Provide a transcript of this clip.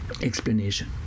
Explanation